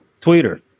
Twitter